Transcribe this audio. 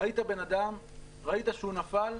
ראית בן אדם, ראית שהוא נפל,